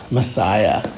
Messiah